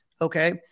okay